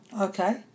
Okay